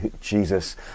Jesus